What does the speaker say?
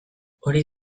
hori